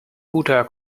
guter